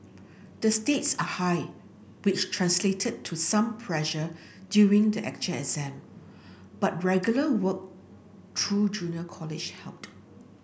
the stakes are high which translated to some pressure during the exam but regular work through junior college helped